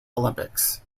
olympics